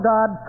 God